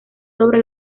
sobre